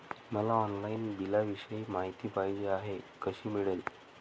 मला ऑनलाईन बिलाविषयी माहिती पाहिजे आहे, कशी मिळेल?